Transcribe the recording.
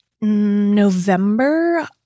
November